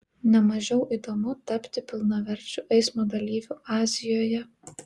ne mažiau įdomu tapti pilnaverčiu eismo dalyviu azijoje